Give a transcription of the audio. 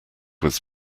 was